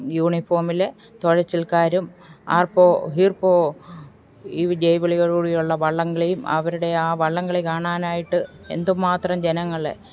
യൂണിഫോമില് തുഴച്ചിലുകാരും ആർപ്പോ ഹീർപ്പോ ഈ ജെയ് വിളികളൂടിയുള്ള വള്ളംകളിയും അവരുടെ ആ വള്ളംകളി കാണാനായിട്ട് എന്തുമാത്രം ജനങ്ങള്